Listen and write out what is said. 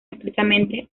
estrechamente